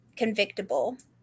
convictable